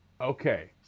Okay